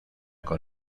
con